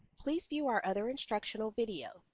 please view our other instructional video,